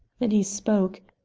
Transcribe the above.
then he spoke.